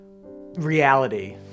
reality